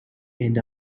and